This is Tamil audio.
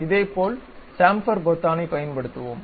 இதேபோல் சாம்ஃபர் பொத்தானைப் பயன்படுத்துவோம்